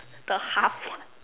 the half one